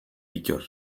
bittor